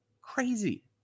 crazy